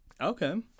Okay